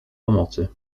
pomocy